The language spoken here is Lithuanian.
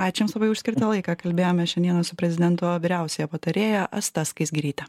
ačiū jums labai už skirtą laiką kalbėjome šiandieną su prezidento vyriausiąja patarėja asta skaisgiryte